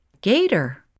Gator